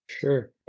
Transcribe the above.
Sure